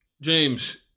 James